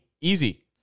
easy